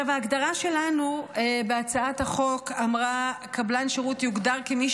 ההגדרה שלנו בהצעת החוק אמרה: קבלן שירות יוגדר כמי